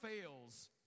fails